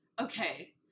okay